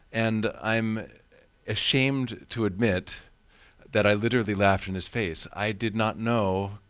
and i'm ashamed to admit that i literally laughed in his face. i did not know,